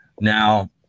Now